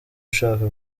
ushaka